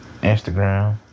Instagram